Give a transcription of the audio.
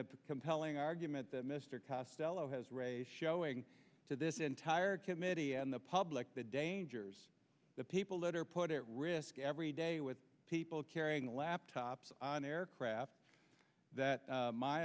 the compelling argument that mr costello has raised showing to this entire committee and the public the dangers the people that are put at risk every day with people carrying laptops on aircraft that